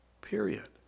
Period